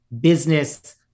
business